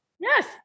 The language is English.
Yes